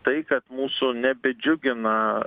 tai kad mūsų nebedžiugina